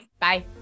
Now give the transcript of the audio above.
Bye